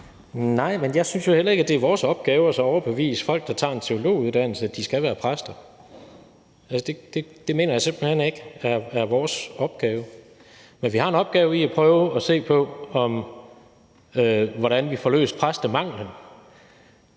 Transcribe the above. (KD): Jeg synes jo heller ikke, at det er vores opgave at overbevise folk, der tager en teologiuddannelse, om, at de skal være præster. Det mener jeg simpelt hen ikke er vores opgave. Men vi har en opgave i at prøve at se på, hvordan vi får løst præstemanglen,